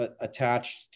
Attached